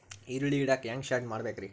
ಈರುಳ್ಳಿ ಇಡಾಕ ಹ್ಯಾಂಗ ಶೆಡ್ ಮಾಡಬೇಕ್ರೇ?